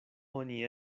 oni